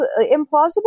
implausible